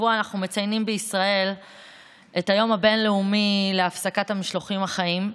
השבוע אנחנו מציינים בישראל את היום הבין-לאומי להפסקת המשלוחים החיים,